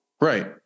Right